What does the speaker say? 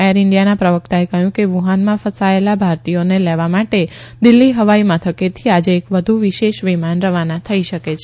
air ઇન્ડિયાના પ્રવકતાએ કહયું કે વુહાનમાં ફસાચેલા ભારતીયોને લેવા માટે દિલ્હી હવાઇ મથકેથી આજે એક વધુ વિશેષ વિમાન રવાના થઇ શકે છે